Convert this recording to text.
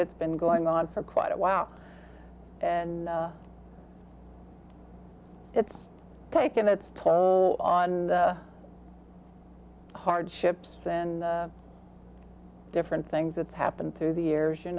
it's been going on for quite a while and it's taken its toll on the hardships and the different things that's happened through the years you